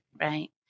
Right